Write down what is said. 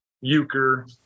Euchre